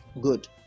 Good